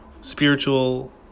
spiritual